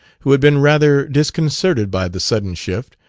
who had been rather disconcerted by the sudden shift,